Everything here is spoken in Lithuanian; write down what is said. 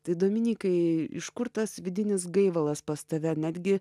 tai dominykai iš kur tas vidinis gaivalas pas tave netgi